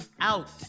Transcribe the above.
out